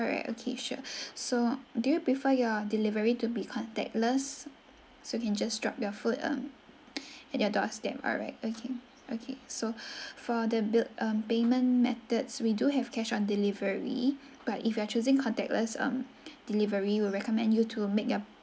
alright okay sure so do you prefer your delivery to be contactless so can just drop your food um at your doorstep alright okay okay so for the bill um payment methods we do have cash on delivery but if you are choosing contactless um delivery we'll recommend you to make your